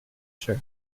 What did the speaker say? sure